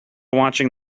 watching